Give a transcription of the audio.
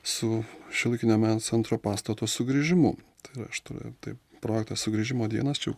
su šiuolaikinio meno centro pastato sugrįžimu tai yra aš turėjau taip projektas sugrįžimo dienos čia jau